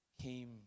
came